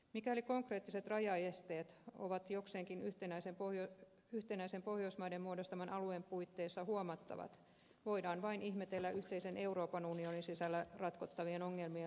mikäli konkreettiset rajaesteet ovat pohjoismaiden muodostaman jokseenkin yhtenäisen alueen puitteissa huomattavat voidaan vain ihmetellä yhteisen euroopan unionin sisällä ratkottavien ongelmien laajuutta